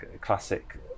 classic